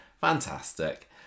fantastic